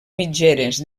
mitgeres